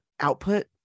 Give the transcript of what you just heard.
output